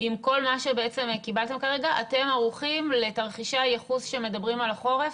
עם כל מה שקיבלתם כרגע לתרחישי הייחוס שמדברים על החורף?